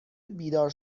بیدار